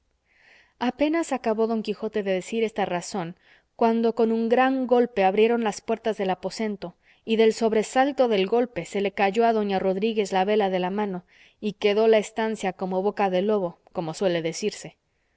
apenas acabó don quijote de decir esta razón cuando con un gran golpe abrieron las puertas del aposento y del sobresalto del golpe se le cayó a doña rodríguez la vela de la mano y quedó la estancia como boca de lobo como suele decirse